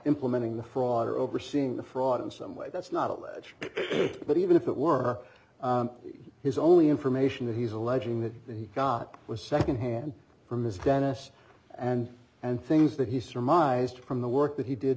implementing the fraud or overseeing the fraud in some way that's not alleged but even if it were his only information that he's alleging that he got was second hand from is dennis and and things that he surmised from the work that he did